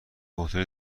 هتل